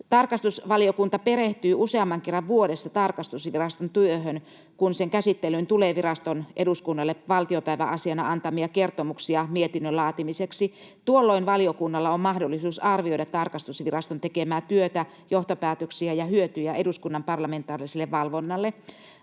Tarkastusvaliokunta perehtyy useamman kerran vuodessa tarkastusviraston työhön, kun sen käsittelyyn tulee viraston eduskunnalle valtiopäiväasioina antamia kertomuksia mietinnön laatimiseksi. Tuolloin valiokunnalla on mahdollisuus arvioida tarkastusviraston tekemää työtä, johtopäätöksiä ja hyötyjä eduskunnan parlamentaariselle valvonnalle.